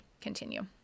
continue